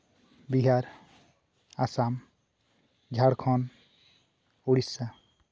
Bihar Assam Jharkhand Odisha